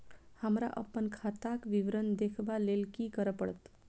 हमरा अप्पन खाताक विवरण देखबा लेल की करऽ पड़त?